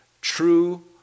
true